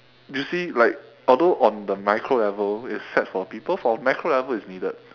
you see like although on the micro level it's sad for the people for macro level it's needed